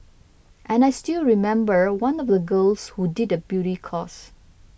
and I still remember one of the girls who did a beauty course